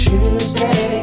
Tuesday